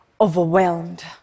overwhelmed